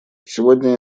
сегодня